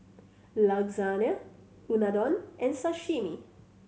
Lasagne Unadon and Sashimi